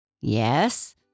Yes